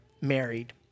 married